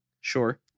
Sure